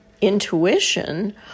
intuition